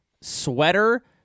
sweater